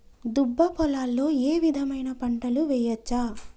దుబ్బ పొలాల్లో ఏ విధమైన పంటలు వేయచ్చా?